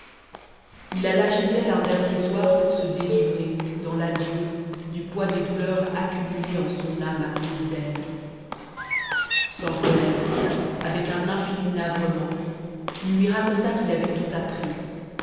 il alla chez elle un dernier soir pour se délivrer dans l'adieu du poids de douleur accumulé en son âme à cause d'elle sans colère avec un infini navrement il lui raconta qu'il avait tout appris